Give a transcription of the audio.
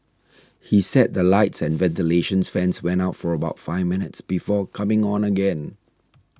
he said the lights and ventilation fans went out for about five minutes before coming on again